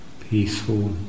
peaceful